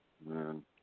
man